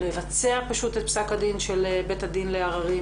לבצע פשוט את פסק הדין של בית הדין לעררים,